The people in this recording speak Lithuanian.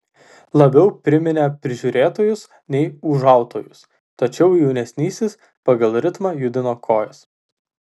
labiau priminė prižiūrėtojus nei ūžautojus tačiau jaunesnysis pagal ritmą judino kojas